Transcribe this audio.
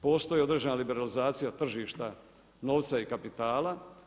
Postoji određena liberalizacija tržišta novca i kapitala.